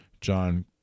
John